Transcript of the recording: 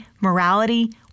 morality